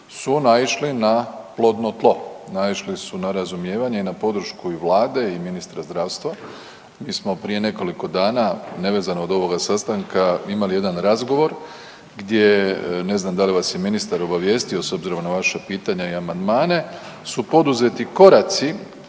su naišli na plodno na tlo, naišli su na razumijevanje i na podršku i Vlade i ministra zdravstva. Mi smo prije nekoliko dana, nevezano od ovoga sastanka imali jedan razgovor gdje ne znam da li vas je ministar obavijestio s obzirom na vaša pitanja i amandmane su poduzeti koraci